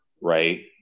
Right